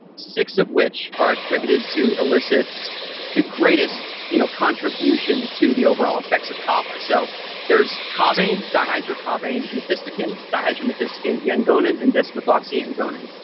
six of which are attributed to elicit the greatest you know contribution to the overall effects of kava. so there's kavain dihydrokavain, methysticin, dihydromethysticin, yangonin, and demethoxyyangonin.